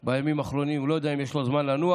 שבימים האחרונים אני לא יודע אם יש לו זמן לנוח,